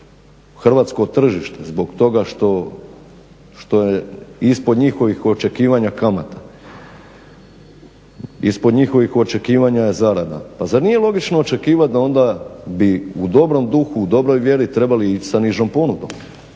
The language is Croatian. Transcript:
hrvatsko tržište zbog toga što je ispod njihovih očekivanja kamata, ispod njihovih očekivanja je zarada pa zar nije logično očekivati da onda bi u dobrom duhu, u dobroj vjeri trebali ići sa nižom ponudom?